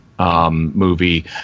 movie